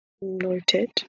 noted